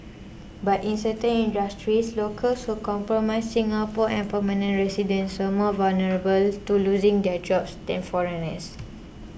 but in certain industries locals who comprise Singapore and permanent residents were more vulnerable to losing their jobs than foreigners